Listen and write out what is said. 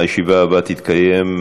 הישיבה הבאה תתקיים,